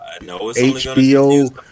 hbo